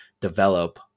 develop